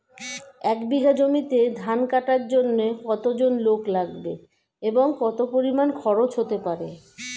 এক বিঘা জমিতে ধান কাটার জন্য কতজন লোক লাগবে এবং কত পরিমান খরচ হতে পারে?